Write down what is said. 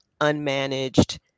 unmanaged